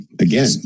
Again